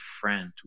friend